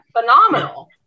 phenomenal